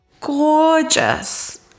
gorgeous